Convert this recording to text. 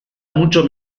mucho